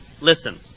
listen